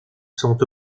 sont